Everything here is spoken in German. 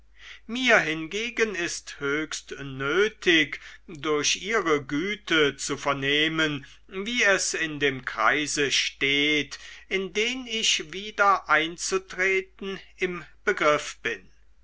mir hingegen ist höchst nötig durch ihre güte zu vernehmen wie es in dem kreise steht in den ich wieder einzutreten im begriff bin